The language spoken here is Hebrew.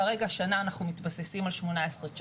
כרגע השנה אנחנו מתבססים על 2018-2019,